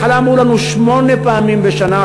בהתחלה אמרו לנו שמונה פעמים בשנה,